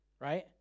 Right